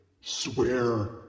Swear